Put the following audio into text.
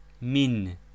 Min